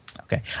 Okay